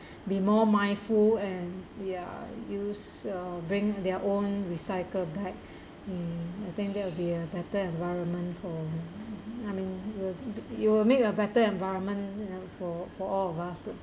be more mindful and ya use uh bring their own recycle bag mm I think that will be a better environment for I mean you will you will make a better environment for for all of us to